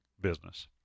business